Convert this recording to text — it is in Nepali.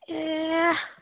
ए